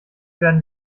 werden